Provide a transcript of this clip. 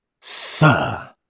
Sir